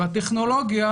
והטכנולוגיה,